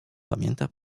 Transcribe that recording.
pamięta